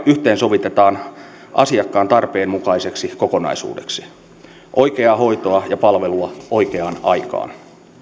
yhteensovitetaan asiakkaan tarpeen mukaiseksi kokonaisuudeksi oikeaa hoitoa ja palvelua oikeaan aikaan